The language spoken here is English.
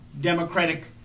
democratic